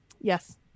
Yes